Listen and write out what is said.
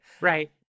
Right